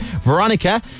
Veronica